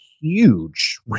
huge